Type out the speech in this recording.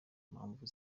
impamvu